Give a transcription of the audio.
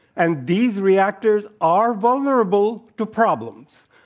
and these reactors are vulnerable to problems.